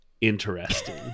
interesting